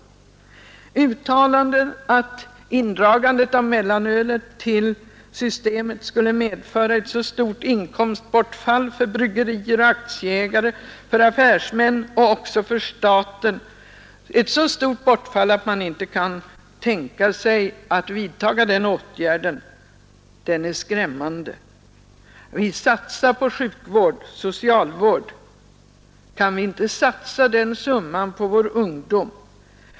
Och det uttalandet är skrämmande att indragningen av mellanölet till Systembolaget skulle medföra så stort inkomstbortfall för bryggerierna, aktieägarna, affärsmännen och staten, att man inte kan tänka sig att vidta den åtgärden. Vi satsar stora summor på sjukvård och på socialvård; kan vi då inte satsa den summan på vår ungdom?